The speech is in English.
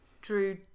drew